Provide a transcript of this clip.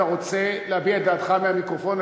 אתה רוצה להביע את דעתך מהמיקרופון?